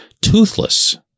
toothless